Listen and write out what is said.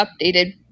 updated